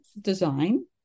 design